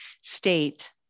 state